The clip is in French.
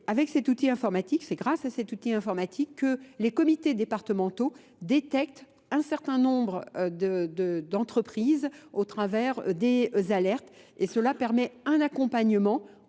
Avec cet outil informatique, c'est grâce à cet outil informatique que les comités départementaux détectent un certain nombre d'entreprises au travers des alertes et cela permet un accompagnement